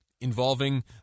involving